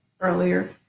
earlier